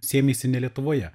sėmeisi ne lietuvoje